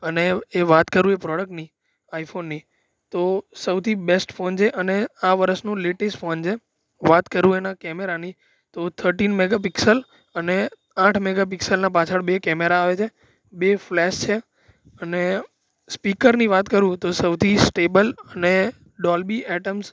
અને એ વાત કરું એ પ્રોડક્ટની આઇફોનની તો સૌથી બેસ્ટ ફોન છે અને આ વરસનો લેટેસ્ટ ફોન છે વાત કરું એના કેમેરાની તો થર્ટીન મેગાપિક્સલ અને આઠ મેગાપિક્સલના પાછળ બે કેમેરા આવે છે બે ફલેસ છે અને સ્પીકરની વાત કરું તો સૌથી સ્ટેબલ અને ડોલબી એટમ્સ